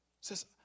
says